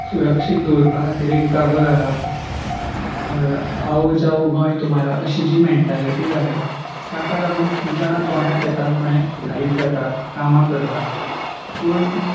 सुरक्षीत दवरपा खातीर एक जागो जाला ओर आवो जावो गोंय तुमारा अशीं जी मॅनटालिटी जाल्या ताका लागून खूब जाणां गोंयांत येतात गोंयाक स्थायीक जातात कामां करतात पूण